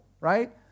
right